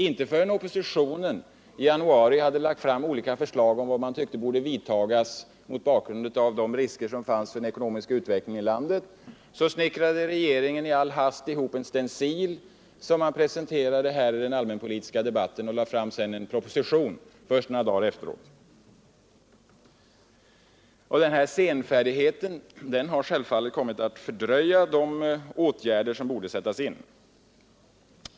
Inte förrän oppositionen i januari hade lagt fram olika förslag till vad som borde göras mot bakgrunden av de risker som förelåg för den ekonomiska utvecklingen i vårt land snickrade regeringen i all hast till en stencil, som man presenterade i den allmänpolitiska debatten, och lade först några dagar senare fram en proposition. Denna senfärdighet har självfallet fördröjt de åtgärder som borde sättas in.